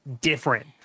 different